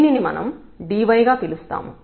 దీనిని మనం dy గా పిలుస్తాము